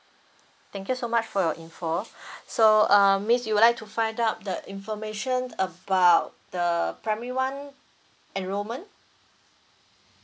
thank you so much for your info so um miss you would like to find out the information about the primary one enrollment